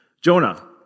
Jonah